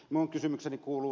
minun kysymykseni kuuluu